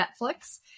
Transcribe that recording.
netflix